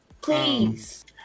Please